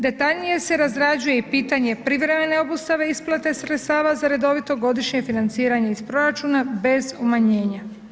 Detaljnije se razrađuje i pitanje privremene obustave isplate sredstava za redovito godišnje financiranje iz proračuna bez umanjenja.